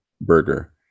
burger